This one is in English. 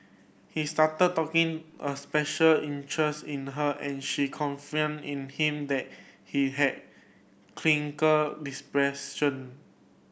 he started talking a special interest in her and she in him that he had clinical depression